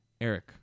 Eric